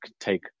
take